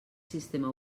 sistema